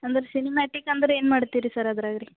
ಅಂದರೆ ಸಿನಿಮ್ಯಾಟಿಕ್ ಅಂದರೆ ಏನು ಮಾಡ್ತೀರಿ ಸರ್ ಅದ್ರಾಗೆ ರೀ